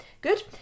good